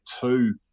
two